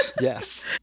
yes